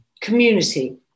community